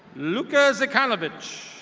luka zakaonvitch.